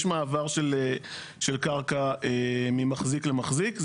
יש מעבר של קרקע ממחזיק למחזיק.